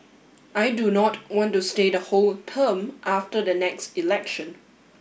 I do not want to stay the whole term after the next election